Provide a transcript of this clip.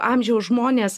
amžiaus žmones